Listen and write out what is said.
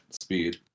speed